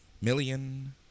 million